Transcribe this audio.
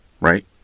Right